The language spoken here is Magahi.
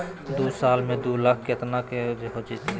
दू साल में दू लाख केतना हो जयते?